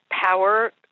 power